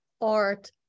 art